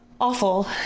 awful